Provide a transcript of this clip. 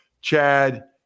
Chad